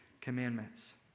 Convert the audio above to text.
commandments